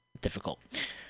difficult